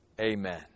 amen